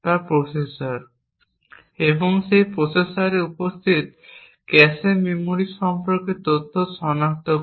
বা প্রসেসর এবং সেই প্রসেসরে উপস্থিত ক্যাশে মেমরি সম্পর্কে তথ্য সনাক্ত করা